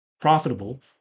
profitable